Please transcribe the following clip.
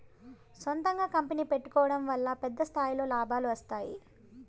సొంతంగా కంపెనీ పెట్టుకోడం వల్ల పెద్ద స్థాయిలో లాభాలు వస్తాయి